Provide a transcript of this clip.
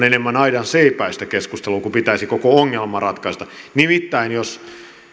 enemmän aidanseipäistä keskustelua kun pitäisi koko ongelma ratkaista nimittäin jos